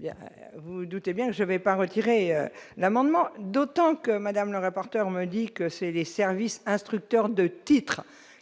Il y a, vous vous doutez bien, j'avais pas retiré l'amendement, d'autant que Madame le rapporteur, me dit que c'est des services instructeurs de titres